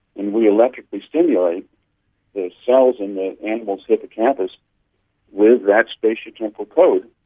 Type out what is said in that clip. and we electrically stimulate the cells in the animal's hippocampus with that spatiotemporal code.